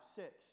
six